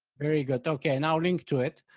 very good, okay, now link to it.